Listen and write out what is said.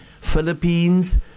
philippines